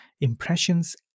impressions